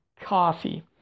coffee